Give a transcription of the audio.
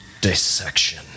dissection